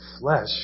flesh